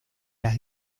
las